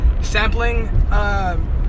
sampling